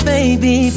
Baby